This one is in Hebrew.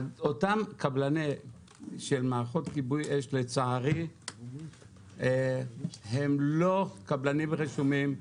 אותם קבלנים של מערכות כיבוי אש לצערי הם לא קבלנים רשומים,